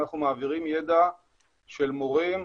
אנחנו מעבירים ידע של מורים.